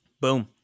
boom